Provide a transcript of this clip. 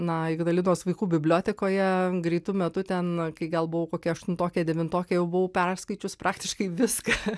na ignalinos vaikų bibliotekoje greitu metu ten kai gal buvau kokia aštuntokė devintokė jau buvau perskaičius praktiškai viską